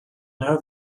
now